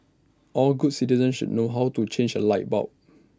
all good citizens should know how to change A light bulb